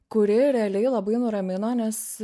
kuri realiai labai nuramino nes